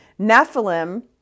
Nephilim